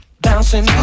bouncing